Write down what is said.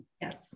Yes